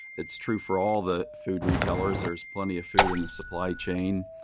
that's true for all the food retailers. there's plenty of food in the supply chain.